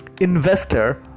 investor